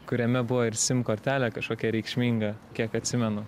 kuriame buvo ir sim kortelė kažkokia reikšminga kiek atsimenu